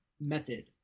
method